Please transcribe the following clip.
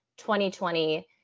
2020